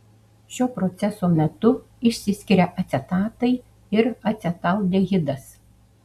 šio proceso metu išsiskiria acetatai ir acetaldehidas